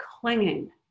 clinging